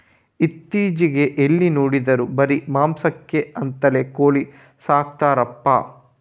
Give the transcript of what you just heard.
ಇತ್ತೀಚೆಗೆ ಎಲ್ಲಿ ನೋಡಿದ್ರೂ ಬರೀ ಮಾಂಸಕ್ಕೆ ಅಂತಲೇ ಕೋಳಿ ಸಾಕ್ತರಪ್ಪ